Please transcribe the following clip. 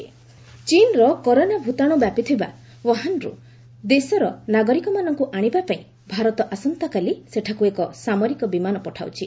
India corona ଚୀନର corona ଭୂତାଣୁ ବ୍ୟାପିଥିବା ଓ୍ୱହାନ୍ରୁ ଦେଶର ନାଗରିକମାନଙ୍କୁ ଆଣିବା ପାଇଁ ଭାରତ ଆସନ୍ତାକାଲି ସେଠାକୁ ଏକ ସାମରିକ ବିମାନ ପଠାଉଛି